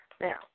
Now